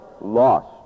Lost